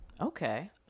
Okay